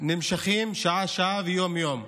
נמשכים יום-יום ושעה-שעה.